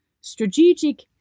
strategic